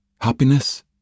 Happiness